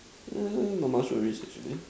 mm not much worries actually